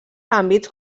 àmbits